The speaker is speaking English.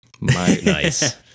Nice